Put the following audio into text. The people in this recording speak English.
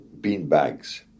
beanbags